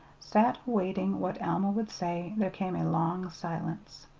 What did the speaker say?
sat awaiting what alma would say, there came a long silence.